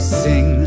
sing